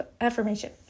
affirmation